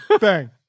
bang